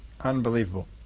Unbelievable